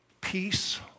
Peace